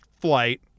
flight